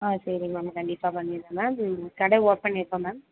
ஆ சரி மேம் கண்டிப்பாக பண்ணிவிடுறேன் மேம் உங்க கடை ஓபன் எப்போ மேம்